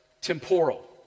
temporal